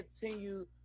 continue